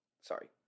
sorry